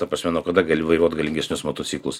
ta prasme nuo kada gali vairuot galingesnius motociklus